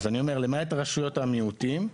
אז אני אומר למעט רשויות המיעוטים,